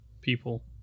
people